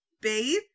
bathe